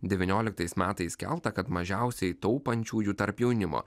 devynioliktais metais skelbta kad mažiausiai taupančiųjų tarp jaunimo